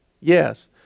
Yes